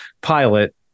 pilot